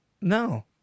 No